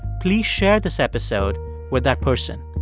please share this episode with that person.